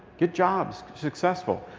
get jobs, successful,